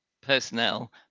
personnel